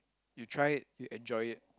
you try it you enjoy it